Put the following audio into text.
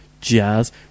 jazz